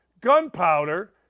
gunpowder